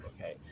okay